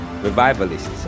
revivalists